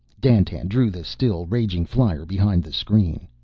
dandtan drew the still raging flyer behind the screen.